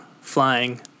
flying